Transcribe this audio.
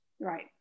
Right